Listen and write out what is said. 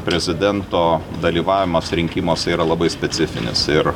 prezidento dalyvavimas rinkimuose yra labai specifinis ir